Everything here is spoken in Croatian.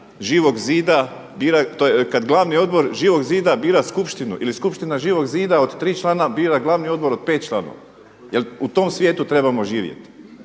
Živog zida bira, kad Glavni odbor Živog zida bira Skupštinu ili Skupština Živog zida od tri člana bira Glavni odbor od pet članova. Jel' u tom svijetu trebamo živjeti?